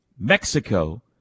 Mexico